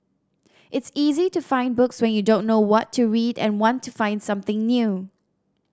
it's easy to find books when you don't know what to read and want to find something new